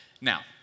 Now